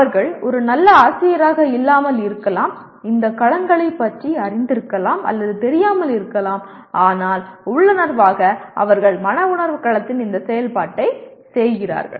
அவர்கள் ஒரு நல்ல ஆசிரியராக இல்லாமல் இருக்கலாம் இந்த களங்களைப் பற்றி அறிந்திருக்கலாம் அல்லது தெரியாமல் இருக்கலாம் ஆனால் உள்ளுணர்வாக அவர்கள் மன உணர்வு களத்தில் இந்தச் செயல்பாட்டைச் செய்கிறார்கள்